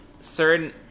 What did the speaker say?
certain